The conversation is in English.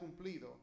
cumplido